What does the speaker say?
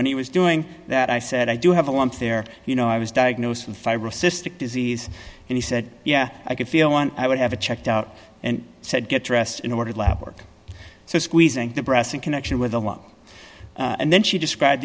when he was doing that i said i do have a lump there you know i was diagnosed with fibrocystic disease and he said yeah i could feel one i would have a checked out and said get dressed in ordered lab work so squeezing the breast in connection with a lung and then she described